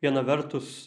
viena vertus